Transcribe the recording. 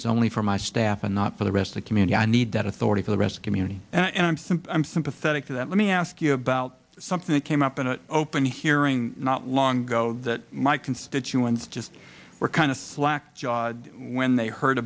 it's only for my staff and not for the rest the community i need that authority for the rest community and i'm sympathetic to that let me ask you about something that came up in an open hearing not long ago that my constituents just were kind of flack when they heard